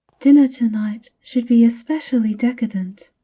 dinner tonight should be especially decadent.